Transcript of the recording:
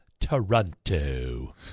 Toronto